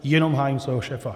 Jenom hájím svého šéfa.